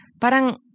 parang